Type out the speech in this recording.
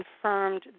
confirmed